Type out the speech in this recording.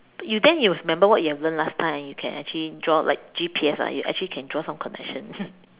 you then will remember what you learnt last time and then you can actually draw like G_P_S ah you actually can draw some connection